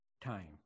time